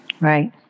Right